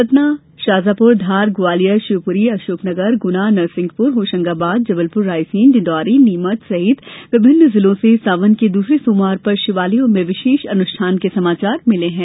सतना शाजापुर धार ग्वालियर शिवपुरी अशोकनगर गुनानरसिंहपुर होशंगाबाद जबलपुर रायसेन सागर डिण्डौरी नीमच सहित विभिन्न जिलों से सावन के दूसरे सोमवार पर शिवालयों में विशेष अनुष्ठान के समाचार मिले हैं